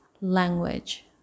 language